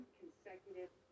consecutive